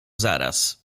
zaraz